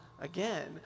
again